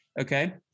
Okay